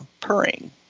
purring